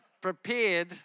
prepared